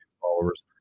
followers